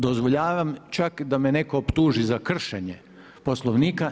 Dozvoljavam čak da me netko optuži za kršenje Poslovnika.